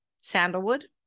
sandalwood